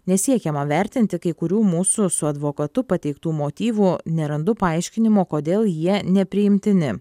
nesiekiama vertinti kai kurių mūsų su advokatu pateiktų motyvų nerandu paaiškinimo kodėl jie nepriimtini